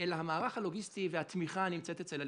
המערך הלוגיסטי והתמיכה נמצאים אצל הלשכה.